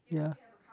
ya